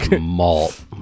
malt